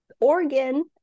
organ